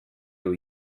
were